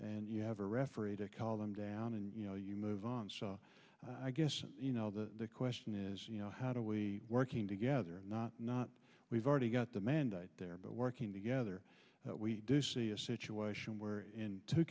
and you have a referee to call them down and you know you move on so i guess you know the question is you know how do we working together not not we've already got the mandate there but working together we do see a situation where in two